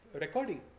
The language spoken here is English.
recording